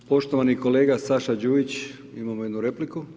Poštovani kolega Saša Đujić, imamo jednu repliku.